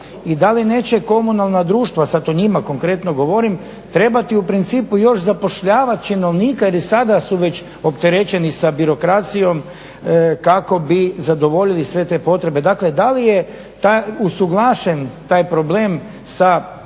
i da li neće komunalna društva, sad to njima konkretno govorim, trebati u principu još zapošljavat činovnika jer i sada su već opterećeni sa birokracijom kako bi zadovoljili sve te potrebe. Dakle da li je usuglašen taj problem sa